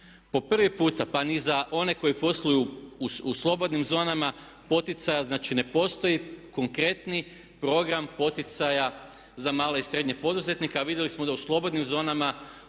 po prvi puta pa ni za one koje posluju u slobodnim zonama poticaja, znači ne postoji konkretni program poticaja za male i srednje poduzetnike a vidjeli smo da u slobodnim zonama posluju